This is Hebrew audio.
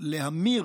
להמיר